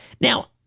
now